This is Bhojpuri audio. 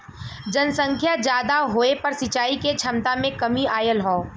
जनसंख्या जादा होये पर सिंचाई के छमता में कमी आयल हौ